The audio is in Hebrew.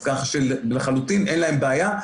אז כך שלחלוטין אין להם בעיה.